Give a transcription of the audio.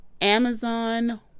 Amazon